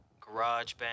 GarageBand